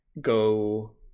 go